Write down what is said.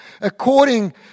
according